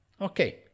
Okay